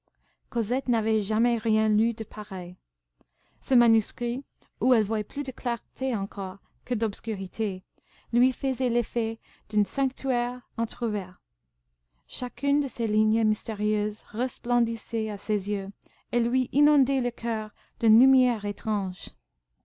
cosette n'avait jamais rien lu de pareil ce manuscrit où elle voyait plus de clarté encore que d'obscurité lui faisait l'effet d'un sanctuaire entr'ouvert chacune de ces lignes mystérieuses resplendissait à ses yeux et lui inondait le coeur d'une lumière étrange